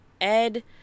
Ed